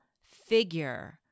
figure